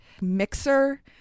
mixer